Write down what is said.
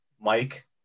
Mike